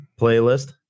playlist